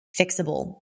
fixable